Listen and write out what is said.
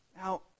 Now